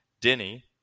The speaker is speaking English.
Denny